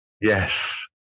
Yes